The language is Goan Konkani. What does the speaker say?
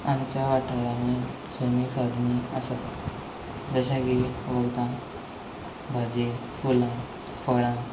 आमच्या वाठारांनी सैमीक सादनी आसा जशें की वखदां भाजी फुलां फळां